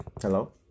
Hello